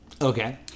Okay